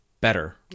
better